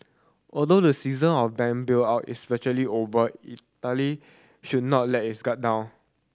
although the season of bank bailout is virtually over Italy should not let its guard down